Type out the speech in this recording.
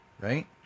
Right